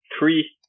three